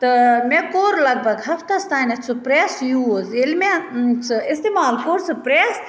تہٕ مےٚ کوٚر لگ بھگ ہفتس تانیٚتھ سُہ پریٚس یوٗز ییٚلہِ مےٚ سُہ استعمال کوٚر سُہ پرٛیٚس